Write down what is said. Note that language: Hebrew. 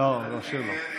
לא, לשיר לא.